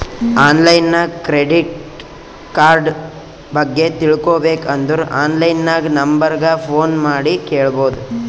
online ನಾಗ್ credit card ಬಗ್ಗೆ ತಿಳ್ಕೋಬೇಕ್ ಅಂದುರ್ ಆನ್ಲೈನ್ ನಾಗ್ ನಂಬರ್ ಗ ಫೋನ್ ಮಾಡಿ ಕೇಳ್ಬೋದು